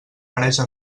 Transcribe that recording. mareja